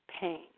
pain